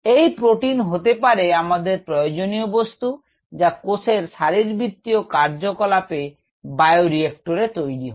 এই প্রোটিন হতে পারে আমাদের প্রয়োজনীয় বস্তু যা কোষের শারীরবৃত্তিও কার্জকলাপে বায়ো রিএক্টারে তৈরি হয়